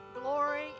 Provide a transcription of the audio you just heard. glory